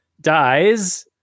dies